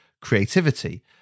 creativity